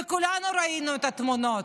וכולנו ראינו את התמונות.